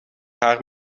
haar